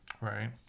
right